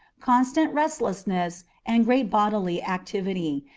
constant restlessness, and great bodily activity,